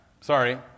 sorry